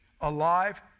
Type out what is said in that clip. alive